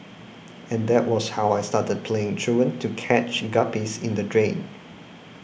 and that was how I started playing truant to catch guppies in the drain